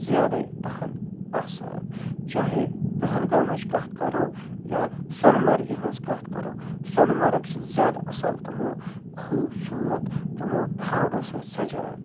زیادَے پَہن آسان چاہے پہلگامٕچ کَتھ کَرو یا سۄنہٕ مَرگہِ ہٕنٛز کَتھ کَرو سۄنہٕ مَرگ چھِ زیادٕ اَصٕل تِمو خوٗبصوٗرت تِمو پَہاڑو سۭتۍ سَجھان